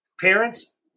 parents